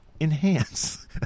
enhance